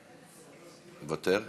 מוותר?